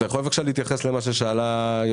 כלה בכאלה עם שאיפה שדומה לסיגריה עם